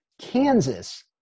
Kansas